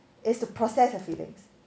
is the process of feelings